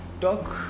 talk